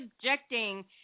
subjecting